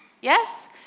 yes